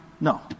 No